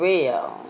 Real